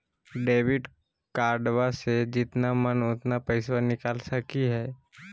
Debit कार्डबा से जितना मन उतना पेसबा निकाल सकी हय?